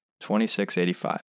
2685